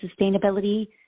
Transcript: sustainability